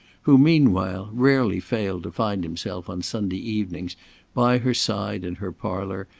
who, meanwhile, rarely failed to find himself on sunday evenings by her side in her parlour,